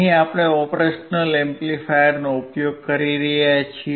અહીં આપણે ઓપરેશનલ એમ્પ્લીફાયરનો ઉપયોગ કરી રહ્યા છીએ